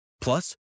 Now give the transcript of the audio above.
Plus